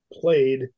played